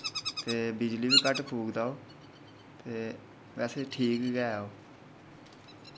ते बिजली बी घट्ट फुकदा ओह् ते वैसे ठीक गै ओ